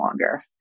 longer